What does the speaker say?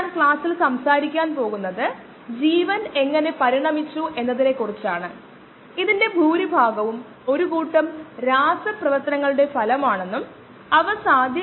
ഒരു 50 എന്ന താപനിലയിൽ അതൊരു ഉയർന്ന താപനില ആണ് കുറെ സൂക്ഷ്മജീവികൾ 30 ഡിഗ്രി സി 37 ഡിഗ്രി സി നമ്മൾ 20ഇൽ കൂടുന്നു 27 ക്ഷമിക്കണം 27 അതുപോലെ ഉള്ളവ